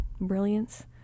brilliance